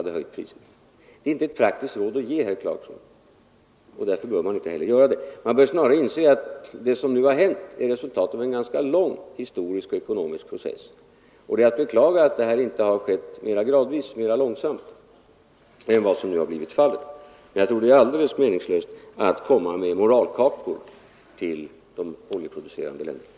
Därför bör man inte heller ge det rådet, herr Clarkson. Snarare bör man inse att det som nu har hänt är ett resultat av en ganska lång historisk och ekonomisk process. Det är att beklaga att det inte har skett mera gradvis och långsamt än vad som nu har blivit fallet, men jag tror att det är alldeles meningslöst att komma med moralkakor till de oljeproducerande länderna.